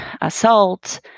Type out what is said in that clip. assault